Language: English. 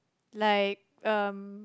like um